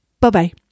Bye-bye